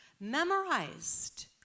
Memorized